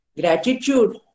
gratitude